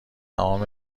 تمام